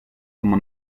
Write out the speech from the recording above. como